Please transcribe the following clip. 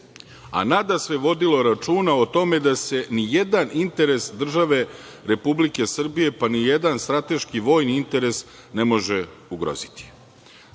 a nadasve vodilo računa o tome da se ni jedan interes države Republike Srbije, pa ni jedan strateški vojni interes ne može ugroziti.